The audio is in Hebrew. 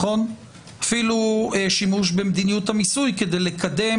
אפילו שימוש במדיניות המיסוי כדי לקדם